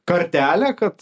kartelę kad